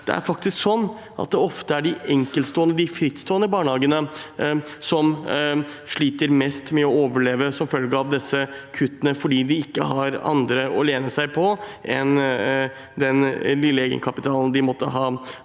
Det er faktisk ofte de enkeltstående, de frittstående, barnehagene som sliter mest med å overleve som følge av disse kuttene, fordi de ikke har annet å lene seg på enn den lille egenkapitalen de måtte ha